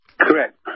Correct